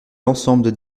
l’ensemble